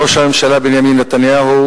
ראש הממשלה בנימין נתניהו,